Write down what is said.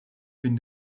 been